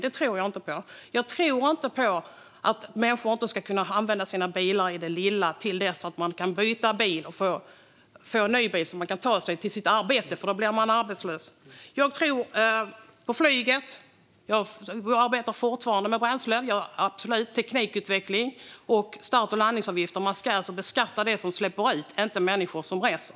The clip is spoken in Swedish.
Det tror jag inte på. Jag tror inte på att människor inte ska kunna använda sina bilar i det lilla till dess att de kan byta bil och få en ny bil så att de kan ta sig till arbetet, för kan man inte det blir man arbetslös. Jag tror på flyget. Vi arbetar fortfarande med bränslen och teknikutveckling, absolut, och med start och landningsavgifter. Man ska beskatta det som släpper ut, inte människor som reser.